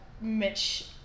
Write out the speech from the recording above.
Mitch